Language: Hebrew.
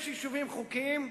יש יישובים חוקיים,